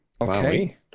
Okay